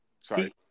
Sorry